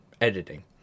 editing